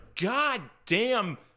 goddamn